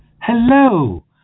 Hello